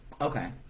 Okay